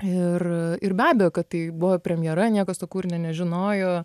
ir ir be abejo kad tai buvo premjera niekas to kūrinio nežinojo